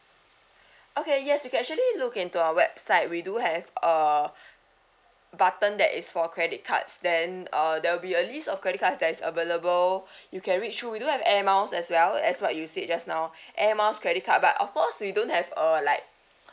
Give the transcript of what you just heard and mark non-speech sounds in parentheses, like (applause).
okay yes you can actually look into our website we do have uh (breath) button that is for credit cards then uh there'll be a list of credit cards that is available (breath) you can read through we do have air miles as well as what you said just now (breath) air miles credit card but of course we don't have uh like